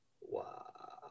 Wow